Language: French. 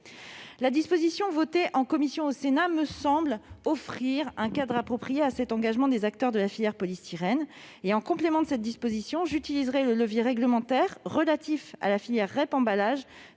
La disposition votée en commission, au Sénat, me semble offrir un cadre approprié à l'engagement des acteurs de la filière du polystyrène. En complément, j'utiliserai le levier réglementaire relatif à la filière REP emballages,